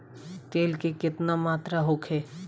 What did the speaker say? तेल के केतना मात्रा होखे?